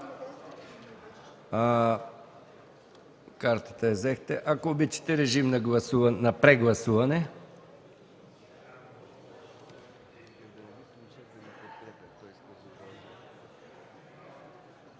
Ако обичате, режим на прегласуване.